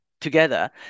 together